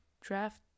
draft